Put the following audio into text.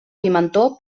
pimentó